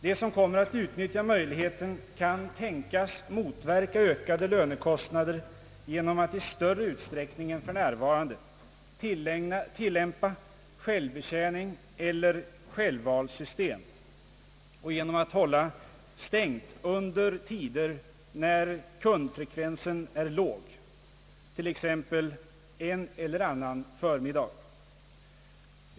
De som kommer att utnyttja möjligheten kan tänkas motverka ökade lönekostnader genom att i större utsträckning än f.n. tillämpa självbetjäningseller självvalssystem och genom att hålla stängt under tider när kundfrekvensen är låg, t.ex. en eller annan förmiddag.